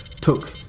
took